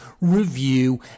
review